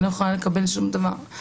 אני לא יכולה לקבל שום דבר,